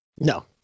No